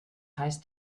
heißt